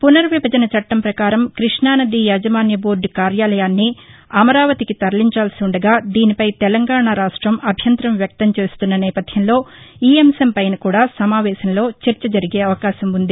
పునర్విభజన చట్టం ప్రకారం కృష్ణానది యాజమాన్య బోర్డ్ కార్యాలయాన్ని అమరావతికి తరలించాల్సి ఉండగా దీనిపై తెలంగాణా అభ్యంతరం వ్యక్తం చేస్తున్న నేపధ్యంలో ఈ అంశంపైన కూడా సమావేశంలో చర్చ జరిగే అవకాశం ఉంది